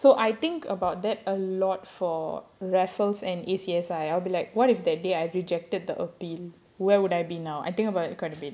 so I think about that a lot for raffles and A_C_S_I I'll be like what if that day I rejected the appeal where would I be now I think about it quite a bit